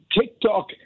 TikTok